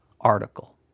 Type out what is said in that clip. article